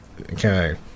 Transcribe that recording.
Okay